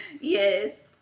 Yes